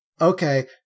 okay